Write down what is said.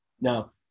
Now